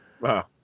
Wow